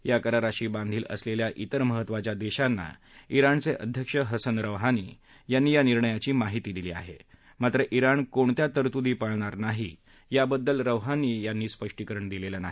या कराराशी बांधील असलेल्या इतर महत्वाच्या देशांना इराणचे अध्यक्ष हसन रौहानी यांनी या निर्णयाची माहिती दिली आहे मात्र इराण कोणत्या तरतुदी पाळणार नाही याबद्दल रौहानी यांनी स्पष्टीकरण दिलेलं नाही